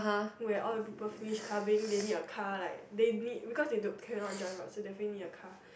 where all the people finish clubbing they need a car like they need because they don't cannot drive what so definitely need a car